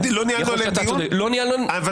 יכול להיות שאתה צודק --- לא ניהלנו עליהם דיון?